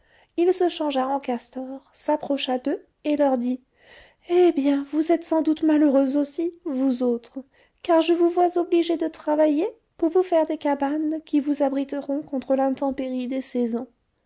il se changea en castor s'approcha d'eux et leur dit eh bien vous êtes sans doute malheureux aussi vous autres car je vous vois obligés de travailler pour vous faire des cabanes qui vous abriteront contre l'intempérie des saisons